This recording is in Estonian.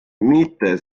mitte